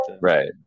Right